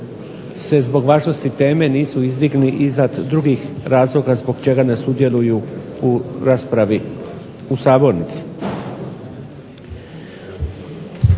se zbog važnosti teme nisu izdigli iznad drugih razloga zbog čega ne sudjeluju u raspravi u sabornici.